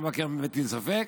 והמבקר מטיל ספק,